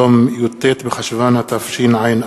י"ט בחשוון התשע"א,